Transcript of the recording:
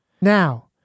Now